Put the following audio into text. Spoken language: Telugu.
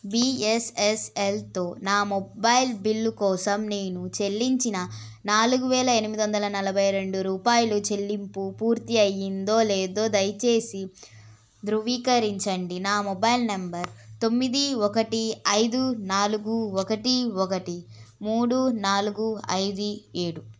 బీఎస్ఎన్ఎల్తో నా మొబైల్ బిల్లు కోసం నేను చెల్లించిన నాలుగు వేల ఎనిమిదొందల నలభై రెండు రూపాయలు చెల్లింపు పూర్తి అయ్యిందో లేదో దయచేసి ధృవీకరించండి నా మొబైల్ నంబర్ తొమ్మిది ఒకటి ఐదు నాలుగు ఒకటి ఒకటి మూడు నాలుగు ఐదు ఏడు